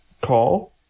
call